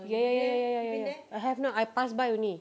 ya ya ya ya ya ya I have not I passed by only